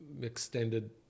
extended